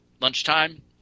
lunchtime